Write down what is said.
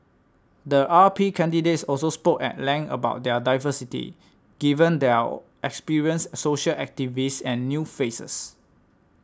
the R P candidates also spoke at length about their diversity given there are experienced social activists and new faces